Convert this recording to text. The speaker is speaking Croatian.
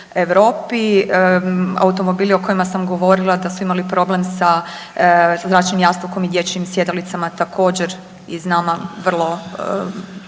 Europi, automobili o kojima sam govorila da su imali problem sa zračnim jastukom i dječjim sjedalicama također iz nama vrlo